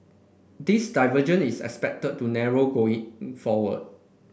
this divergence is expected to narrow going forward